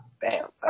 Bam